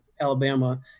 Alabama